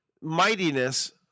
mightiness